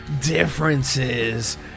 Differences